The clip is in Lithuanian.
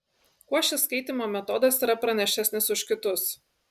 kuo šis skaitymo metodas yra pranašesnis už kitus